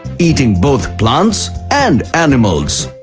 eating both plants and animals.